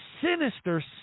sinister